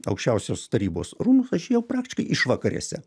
aukščiausios tarybos rūmus aš ėjau praktiškai išvakarėse